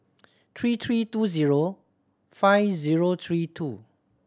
three three two zero five zero three two